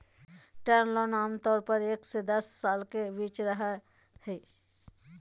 term loan आमतौर पर एक से दस साल के बीच रहय हइ